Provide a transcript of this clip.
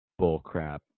Bullcrap